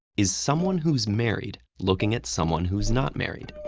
is someone who's married looking at someone who's not married?